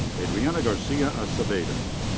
adriana garcia acevedo.